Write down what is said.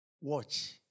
Watch